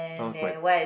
now is my